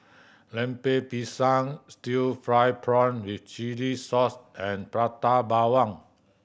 Lemper Pisang still fry prawn with chili sauce and Prata Bawang